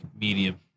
medium